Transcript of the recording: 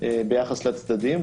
ביחס לצדדים,